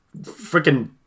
Freaking